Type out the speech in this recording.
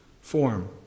Form